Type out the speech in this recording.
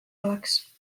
oleks